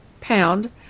pound